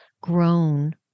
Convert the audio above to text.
grown